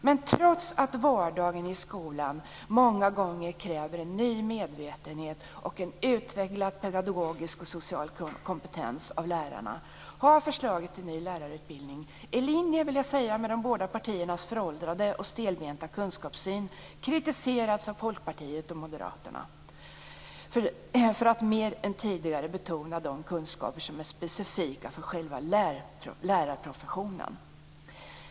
Men trots att vardagen i skolan många gånger kräver en ny medvetenhet och en utvecklad pedagogisk och social kompetens av lärarna har förslaget till ny lärarutbildning i linje, vill jag säga, med de båda partiernas föråldrade och stelbenta kunskapssyn, kritiserats av Folkpartiet och Moderaterna för att mer än tidigare betona de kunskaper som är specifika för själva lärarprofessionen.